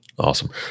Awesome